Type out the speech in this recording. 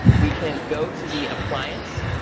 we can go to the appliance.